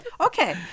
Okay